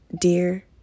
dear